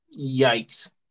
Yikes